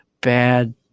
bad